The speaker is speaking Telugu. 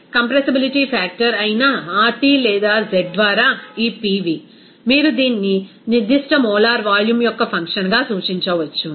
కాబట్టి కంప్రెసిబిలిటీ ఫ్యాక్టర్ అయిన RT లేదా z ద్వారా ఈ Pv మీరు దీన్ని నిర్దిష్ట మోలార్ వాల్యూమ్ యొక్క ఫంక్షన్గా సూచించవచ్చు